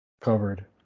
covered